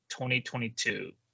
2022